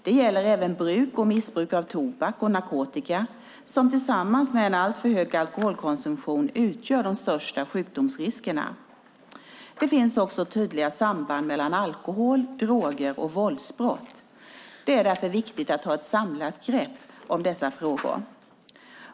Det gäller även bruk och missbruk av tobak och narkotika som tillsammans med en alltför hög alkoholkonsumtion utgör de största sjukdomsriskerna. Det finns också tydliga samband mellan alkohol, droger och våldsbrott. Det är därför viktigt att ta ett samlat grepp om dessa frågor.